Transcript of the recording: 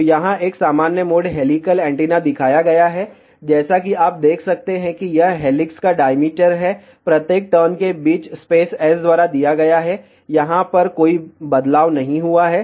तो यहां एक सामान्य मोड हेलिकल एंटीना दिखाया गया है जैसा कि आप देख सकते हैं कि यह हेलिक्स का डाईमीटर है प्रत्येक टर्न के बीच स्पेस S द्वारा दिया गया है यहां पर कोई बदलाव नहीं हुआ है